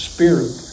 Spirit